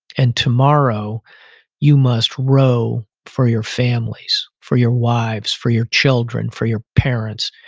and tomorrow you must row for your families, for your wives, for your children, for your parents.